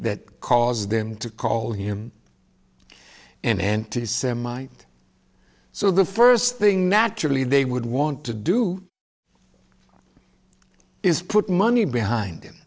that caused them to call him an anti semite so the first thing naturally they would want to do is put money behind him